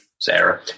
Sarah